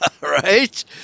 right